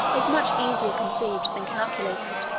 is much easier conceived than calculated.